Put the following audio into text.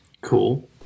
cool